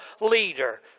leader